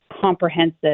comprehensive